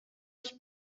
els